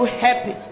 happy